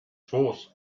force